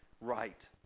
right